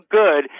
good